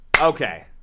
Okay